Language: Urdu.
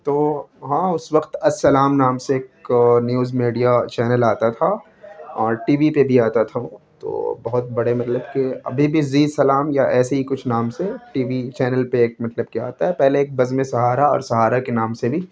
تو ہاں اس وقت السلام نام سے ایک نیوز میڈیا چینل آتا تھا اور ٹی وی پہ بھی آتا تھا وہ تو بہت بڑے مطلب کہ ابھی بھی زی سلام یا ایسے ہی کچھ نام سے ٹی بی چینل پہ ایک مطلب کہ آتا ہے پہلے ایک بزم سہارا اور سہارا کے نام سے بھی